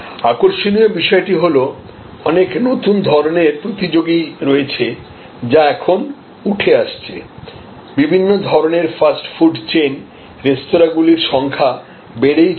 আকর্ষণীয় বিষয়টি হল অনেক নতুন ধরণের প্রতিযোগী রয়েছে যা এখন উঠে আসছে বিভিন্ন ধরণের ফাস্ট ফুড চেইন রেস্তোঁরাগুলির সংখ্যা বেড়েই চলেছে